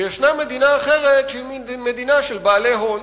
וישנה מדינה אחרת, שהיא מדינה של בעלי הון.